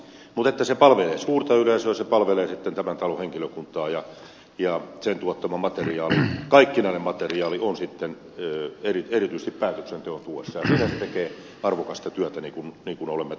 mutta se palvelee suurta yleisöä se palvelee tämän talon henkilökuntaa ja sen tuottama kaikkinainen materiaali on erityisesti päätöksenteon tukena ja siinä se tekee arvokasta työtä niin kuin olemme tässä nyt todenneet